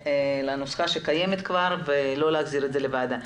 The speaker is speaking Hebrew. לנוסחה שכבר קיימת ולא להחזיר את זה לוועדה.